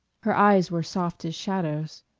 her eyes were soft as shadows.